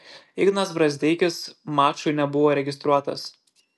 ignas brazdeikis mačui nebuvo registruotas